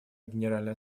генеральная